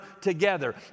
together